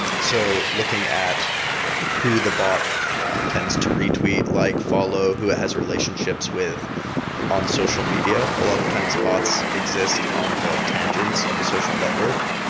so looking at who the bot tends to retweet, like, follow, who it has relationships with on social media? a lot of times bots exist on the tangents of a social network.